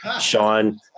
Sean